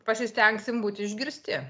pasistengsim būti išgirsti